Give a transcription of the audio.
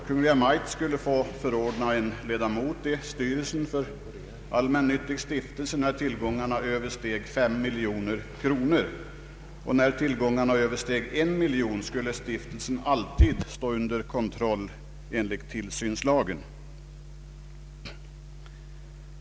Kungl. Maj:t skulle få förordna en ledamot i styrelsen för allmännyttig stiftelse, när tillgångarna överstiger 5 miljoner kronor, och när tillgångarna överstiger 1 miljon kronor skulle stiftelsen alltid stå under kontroll enligt tillsynslagen.